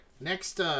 next